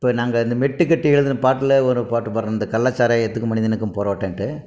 இப்போ நாங்கள் அந்த மெட்டுக்கட்டி எழுதின பாட்டில ஒரு பாட்டு பாடுகிறேன் இந்த கள்ளசாராயத்துக்கும் மனிதனுக்கும் போராட்டம்ட்டு